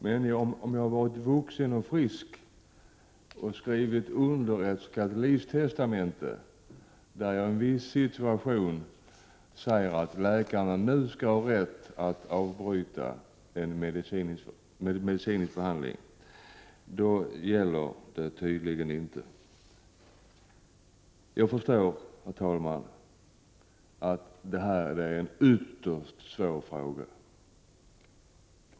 Men om jag är vuxen och frisk och har skrivit under ett s.k. livstestamente, där jag säger att läkarna i en viss situation skall ha rätt att avbryta en medicinsk behandling, gäller detta tydligen inte. Jag förstår, herr talman, att detta är en ytterst svår fråga.